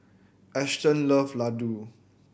Ashton love Ladoo